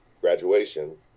graduation